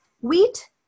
Wheat